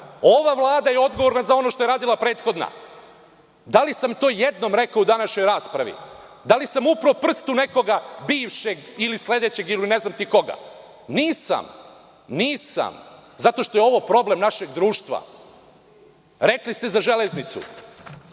Vlada je odgovorna za ono što je radila prethodna. Da li sam to jednom rekao u današnjoj raspravi? Da li sam uperio prst u nekoga bivšeg ili sledećeg, ili ne znam koga? Nisam. Nisam, zato što je ovo problem našeg društva. Rekli ste za „Železnicu“,